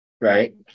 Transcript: Right